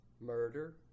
murder